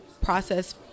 process